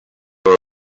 were